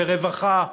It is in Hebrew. ברווחה,